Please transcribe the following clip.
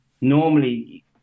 Normally